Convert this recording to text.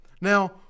now